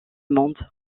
monde